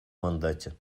мандате